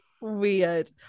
Weird